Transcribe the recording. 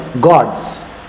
gods